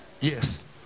yes